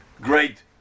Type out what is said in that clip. great